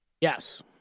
Yes